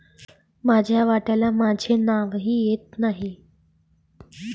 माझ्या वाट्याला माझे नावही येत नाही